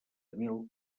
mil